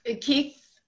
Keith